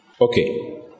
Okay